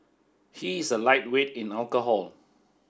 he is a lightweight in alcohol